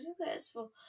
successful